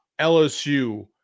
LSU